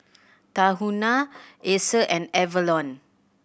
Tahuna Acer and Avalon